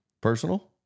Personal